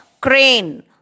crane